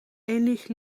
ähnlich